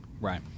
Right